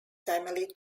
family